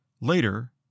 later